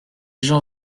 jean